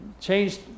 Changed